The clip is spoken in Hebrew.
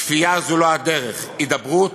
כפייה זאת לא הדרך, הידברות,